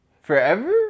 Forever